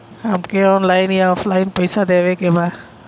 हमके ऑनलाइन या ऑफलाइन पैसा देवे के बा?